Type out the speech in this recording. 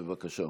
בבקשה.